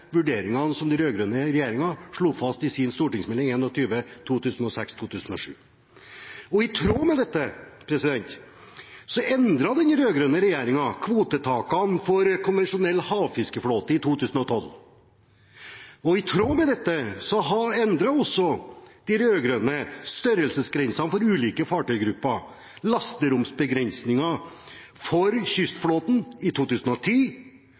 vurderingene som den rød-grønne regjeringen slo fast i St.meld. nr. 21 for 2006–2007. I tråd med dette endret den rød-grønne regjeringen kvotetakene for konvensjonell havfiskeflåte i 2012. I tråd med dette endret også de rød-grønne størrelsesgrensene for ulike fartøygrupper. De endret lasteromsbegrensningene for kystflåten i 2010